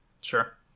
Sure